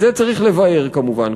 את זה צריך לבער, כמובן.